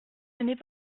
n’est